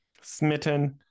Smitten